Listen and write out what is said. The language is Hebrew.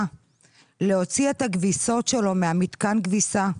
להוציא את הכביסות שלו ממתקן הכביסה,